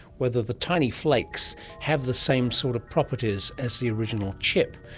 whether the tiny flakes have the same sort of properties as the original chip.